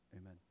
amen